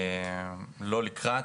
לא לקראת.